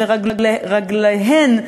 ורגליהן,